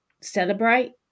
celebrate